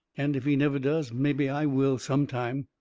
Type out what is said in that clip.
and if he never does mebby i will sometime.